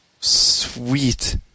Sweet